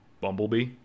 Bumblebee